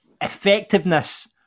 effectiveness